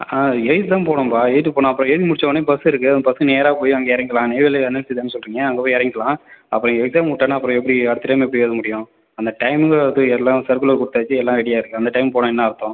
ஆ எழுதிவிட்டு தான் போகணும்ப்பா எழுதிவிட்டு போகணும் அப்புறம் எழுதி முடித்தோன்னே பஸ் இருக்குது அந்த பஸ் நேராக போய் அங்கே இறங்கிக்கலாம் நெய்வேலி என்எல்சின்னு சொல்கிறீங்க அங்கே போய் இறங்கிக்கலாம் அப்புறம் எக்ஸாம் விட்டோன்னால் அப்புறம் எப்படி அடுத்த டைம் எப்படி எழுத முடியும் அந்த டைமில் போய் எல்லாம் சர்குலர் கொடுத்தாச்சி எல்லாம் ரெடி ஆகிடுச்சி அந்த டைம் போனால் என்ன அர்த்தம்